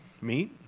meet